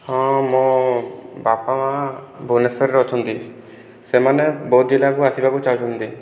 ହଁ ମୋ ବାପା ମା' ଭୁବନେଶ୍ୱରରେ ଅଛନ୍ତି ସେମାନେ ବୌଦ୍ଧ ଜିଲ୍ଲାକୁ ଆସିବାକୁ ଚାହୁଁଛନ୍ତି